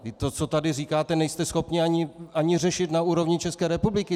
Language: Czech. Vždyť to, co tady říkáte, nejste schopni ani řešit na úrovni České republiky.